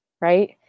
right